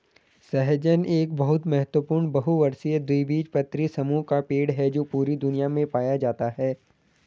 सहजन एक बहुत महत्वपूर्ण बहुवर्षीय द्विबीजपत्री समूह का पेड़ है जो पूरी दुनिया में पाया जाता है